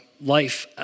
life